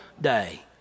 day